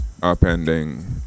upending